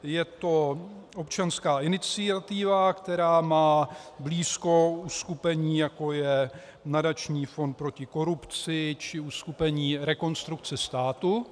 Je to občanská iniciativa, která má blízko k uskupení, jako je Nadační fond proti korupci či uskupení Rekonstrukce státu.